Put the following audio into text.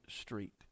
Street